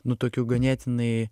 nu tokiu ganėtinai